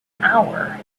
hour